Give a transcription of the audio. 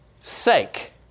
sake